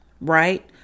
right